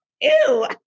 ew